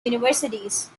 universities